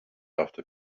after